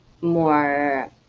more